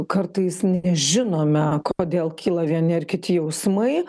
kartais nežinome kodėl kyla vieni ar kiti jausmai